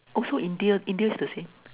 also India India is the same